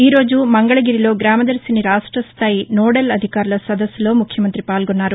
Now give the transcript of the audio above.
ఈ రోజు మంగళగిరిలో గ్రామదర్శిని రాష్ట్రస్టాయి నోదెల్ అధికారుల సదస్సులో ముఖ్యమంత్రి పాల్గొన్నారు